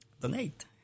donate